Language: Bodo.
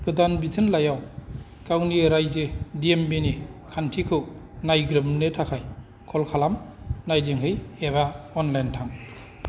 गोदान बिथोनलाइयाव गावनि रायजो दिएमबिनि खान्थिखौ नायग्रोमनो थाखाय कल कालाम नायदिंहै एबा अनलाइन थां